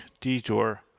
Detour